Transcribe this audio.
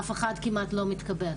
אף אחד כמעט לא מתקבל.